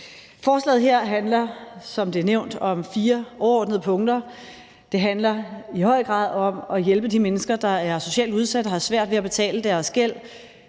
som det er nævnt, om fire overordnede punkter. Det handler i høj grad om at hjælpe de mennesker, der er socialt udsatte og har svært ved at betale deres gæld,